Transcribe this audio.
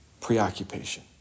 preoccupation